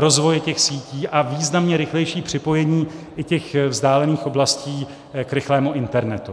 rozvoje sítí a významně rychlejší připojení i vzdálených oblastí k rychlému internetu.